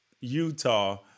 Utah